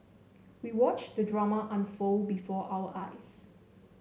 we watched the drama unfold before our eyes